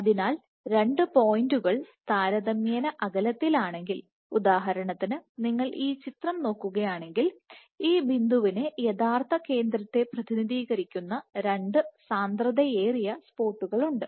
അതിനാൽ 2 പോയിന്റുകൾ താരതമ്യേന അകലത്തിലാണെങ്കിൽ ഉദാഹരണത്തിന് നിങ്ങൾ ഈ ചിത്രങ്ങൾ നോക്കുകയാണെങ്കിൽ ഈ ബിന്ദുവിനെ യഥാർത്ഥ കേന്ദ്രത്തെ പ്രതിനിധീകരിക്കുന്ന 2 സാന്ദ്രതയേറിയ സ്പോട്ടുകൾ ഉണ്ട്